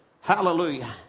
Hallelujah